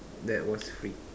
that was free